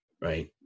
Right